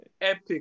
epic